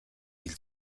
hil